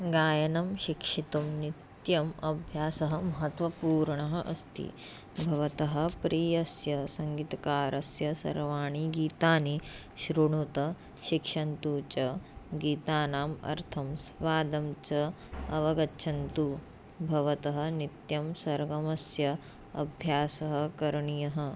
गायनं शिक्षितुं नित्यम् अभ्यासः महत्त्वपूर्णः अस्ति भवतः प्रियस्य सङ्गीतकारस्य सर्वाणि गीतानि श्रुणुत शिक्षन्तु च गीतानाम् अर्थं स्वादं च अवगच्छन्तु भवतः नित्यं सर्गमस्य अभ्यासः करणीयः